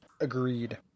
Agreed